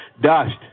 Dust